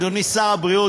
אדוני שר הבריאות,